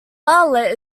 bartlett